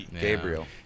Gabriel